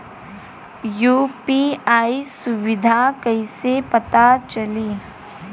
UPI सुबिधा कइसे पता चली?